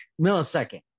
millisecond